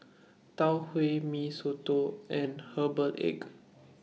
Tau Huay Mee Soto and Herbal Egg